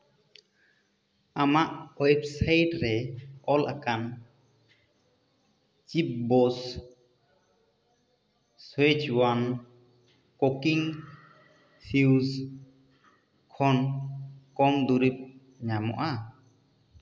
ᱟᱢᱟᱜ ᱳᱭᱮᱵ ᱥᱟᱭᱤᱴᱨᱮ ᱚᱞ ᱟᱠᱟᱱ ᱪᱤᱯᱵᱳᱥ ᱥᱩᱭᱤᱡᱽ ᱳᱣᱟᱱ ᱠᱳᱠᱤᱝ ᱦᱤᱭᱩᱥ ᱠᱷᱚᱱ ᱠᱚᱢ ᱫᱩᱨᱤᱵᱽ ᱧᱟᱢᱚᱜᱼᱟ